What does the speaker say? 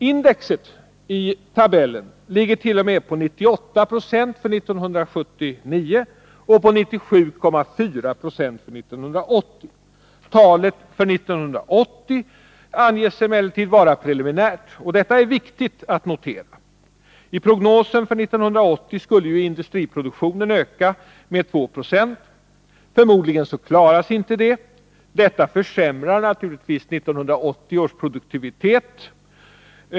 Indexet i tabellen ligger t.o.m. på 98 96 för 1979 och på 97,4 70 för 1980. Talet för 1980 anges emellertid vara preliminärt, och detta är viktigt att notera. I prognosen för 1980 skulle ju industriproduktionen öka med 2 20. Förmodligen klaras inte det. Detta försämrar naturligtvis 1980 års produktivitet.